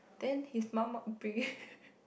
then his mum want bring